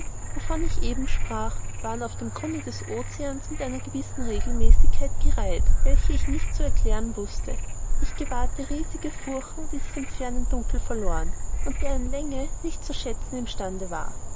wovon ich eben sprach waren auf dem grunde des oceans mit einer gewissen regelmäßigkeit gereiht welche ich nicht zu erklären wußte ich gewahrte riesenhafte furchen die sich im fernen dunkel verloren und deren länge man nicht zu schätzen im stande war